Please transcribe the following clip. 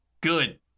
Good